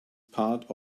part